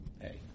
Hey